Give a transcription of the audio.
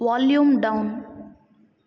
volume down